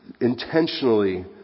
Intentionally